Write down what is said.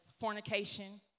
fornication